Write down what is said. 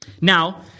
Now